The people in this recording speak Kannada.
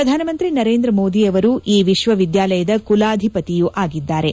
ಪ್ರಧಾನಮಂತ್ರಿ ನರೇಂದ್ರ ಮೋದಿ ಅವರು ಈ ವಿಶ್ವವಿದ್ಯಾಲಯದ ಕುಲಾದಿಪತಿಯೂ ಆಗಿದ್ದಾರೆ